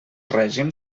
règim